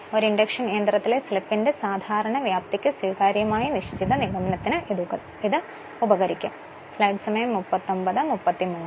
ഒരു ഇൻഡക്ഷൻ യന്ത്രത്തിലെ സ്ലിപ്പിന്റെ സാധാരണ വ്യാപ്തിക്ക് സ്വീകാര്യമായ നിശ്ചിത നിഗമനത്തിന് ഇത് ഉതകുന്നു